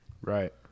Right